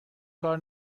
کار